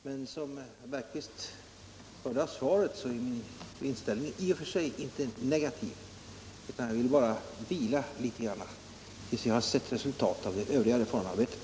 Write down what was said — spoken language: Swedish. Men som herr Bergqvist hörde av svaret är min inställning i och för sig inte negativ, utan jag vill bara vila litet, till dess jag har sett resultat av det övriga reformarbetet.